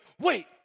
wait